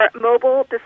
mobile